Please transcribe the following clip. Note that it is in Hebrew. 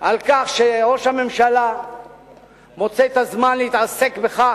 על כך שראש הממשלה מוצא את הזמן להתעסק בכך,